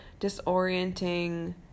disorienting